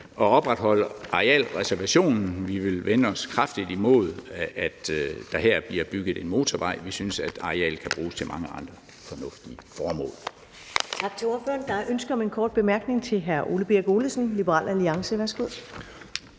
at opretholde arealreservationen. Vi vil vende os kraftigt imod, at der her bliver bygget en motorvej. Vi synes, at arealet kan bruges til mange andre fornuftige formål.